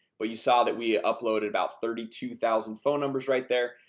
but you saw that we uploaded about thirty two thousand phone numbers right there.